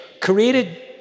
created